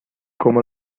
como